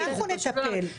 אנחנו נטפל.